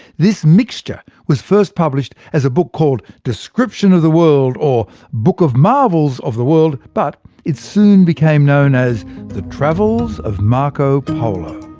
this mixture was first published as a book called description of the world or book of marvels of the world, but it soon became known as the travels of marco polo.